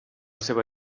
seva